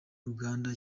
uganda